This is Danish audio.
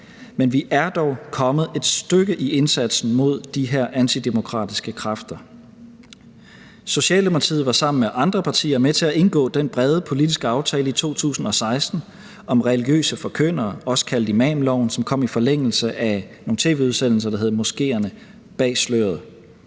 men vi er dog kommet et stykke i indsatsen mod de her antidemokratiske kræfter. Socialdemokratiet var sammen med andre partier med til at indgå den brede politiske aftale i 2016 om religiøse forkyndere, også kaldet imamloven, som kom i forlængelse af nogle tv-udsendelser, der hed »Moskeerne bag sløret«.